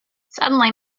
suddenly